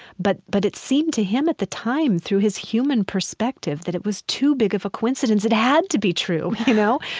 but but it seemed to him at the time through his human perspective that it was too big of a coincidence. it had to be true, you know.